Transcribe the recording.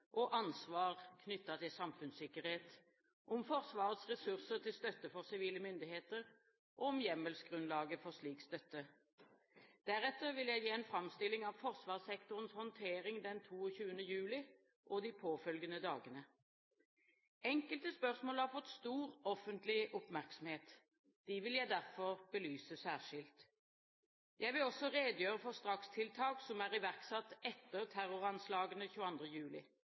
og ansvar knyttet til samfunnssikkerhet, om Forsvarets ressurser til støtte for sivile myndigheter og om hjemmelsgrunnlaget for slik støtte. Deretter vil jeg gi en framstilling av forsvarssektorens håndtering den 22. juli og de påfølgende dagene. Enkelte spørsmål har fått stor offentlig oppmerksomhet. De vil jeg derfor belyse særskilt. Jeg vil også redegjøre for strakstiltak som er iverksatt etter terroranslagene 22. juli.